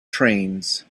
trains